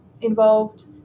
involved